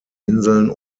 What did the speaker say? inseln